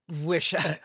wish